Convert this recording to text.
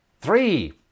three